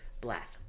black